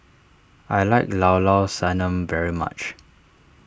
I like Llao Llao Sanum very much